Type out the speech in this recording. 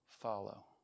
follow